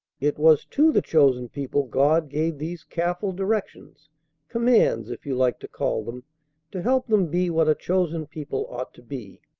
it was to the chosen people god gave these careful directions commands, if you like to call them to help them be what a chosen people ought to be.